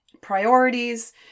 priorities